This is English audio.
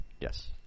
Yes